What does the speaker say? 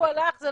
על